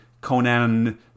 Conan